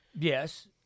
Yes